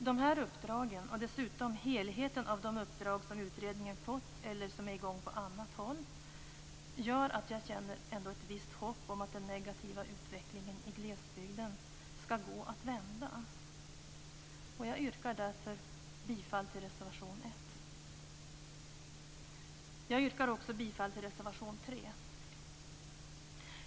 De här uppdragen, och dessutom helheten av de uppdrag som utredningen har fått eller som är i gång på annat håll, gör att jag ändå känner ett visst hopp om att den negativa utvecklingen i glesbygden skall gå att vända. Jag yrkar därför bifall till reservation 1. Jag yrkar också bifall till reservation 3.